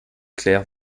claire